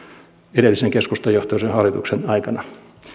edellisen keskustajohtoisen hallituksen aikana